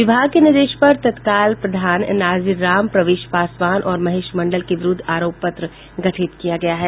विभाग के निर्देश पर तत्काल प्रधान नाजिर राम प्रवेश पासवान और महेश मंडल के विरुद्ध आरोप पत्र गठित किया गया है